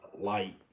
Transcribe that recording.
light